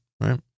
Right